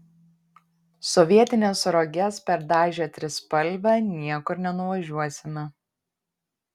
sovietines roges perdažę trispalve niekur nenuvažiuosime